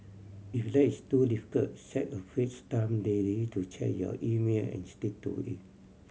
if that's too difficult set a fixed time daily to check your email and stick to it